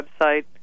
website